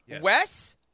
Wes